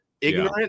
ignorant